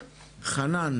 חנן,